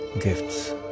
gifts